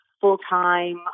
full-time